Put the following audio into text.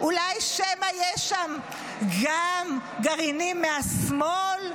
אולי שמא יש שם גם גרעינים מהשמאל,